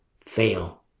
fail